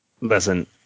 Listen